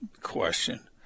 question